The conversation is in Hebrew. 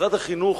משרד החינוך,